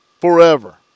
Forever